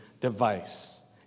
device